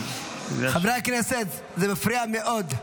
חברי הכנסת, זה מפריע מאוד.